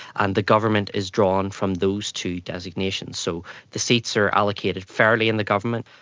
and the government is drawn from those two designations. so the seats are allocated fairly in the government,